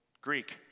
Greek